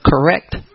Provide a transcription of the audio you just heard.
correct